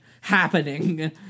happening